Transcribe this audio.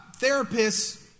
therapists